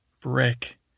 Brick